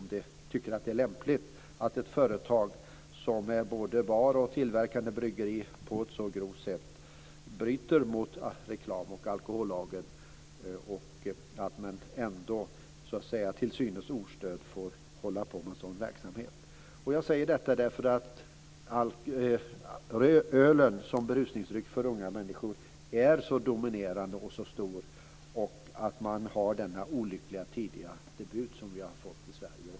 Tycker socialministern att det är lämpligt att ett företag som är både bar och tillverkande bryggeri på ett så grovt sätt bryter mot reklamoch alkohollagstiftningen och att man till synes ostört får hålla på med sådan här verksamhet? Jag tar upp detta därför att öl som berusningsdryck för unga människor är så dominerande och så stor. Dessutom gäller det den olyckliga tidiga debut som vi fått i Sverige.